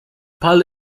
pal